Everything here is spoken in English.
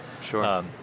sure